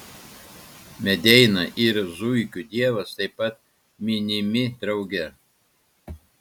medeina ir zuikių dievas taip pat minimi drauge